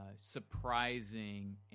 surprising